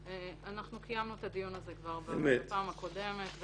אנחנו קיימנו את הדיון הזה כבר בפעם הקודמת.